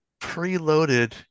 preloaded